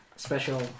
Special